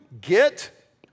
get